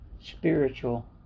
spiritual